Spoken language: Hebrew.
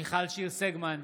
מיכל שיר סגמן,